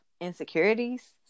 insecurities